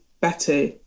better